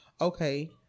Okay